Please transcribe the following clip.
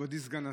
מכובדי סגן השר,